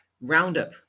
Roundup